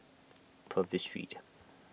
Purvis Street